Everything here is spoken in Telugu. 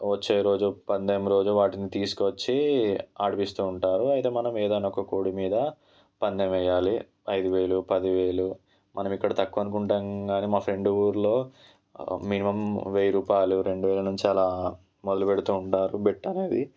వచ్చే రోజు పందెం రోజు వాటిని తీసుకువచ్చి ఆడిపిస్తూ ఉంటారు అయితే మనము ఏదన్నా ఒక కోడి మీద పందెం వేయాలి ఐదు వేలు పది వేలు మనం ఎక్కడ తక్కువ అనుకుంటాం కానీ మా ఫ్రెండు ఊరిలో మినిమం వెయ్యి రూపాయలు రెండు వేలు నుంచి అలా మొదలు పెడుతూ ఉంటారు బెట్ అనేది